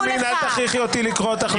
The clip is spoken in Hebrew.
יסמין, אל תכריחי אותי לקרוא אותך לסדר.